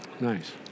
Nice